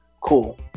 cool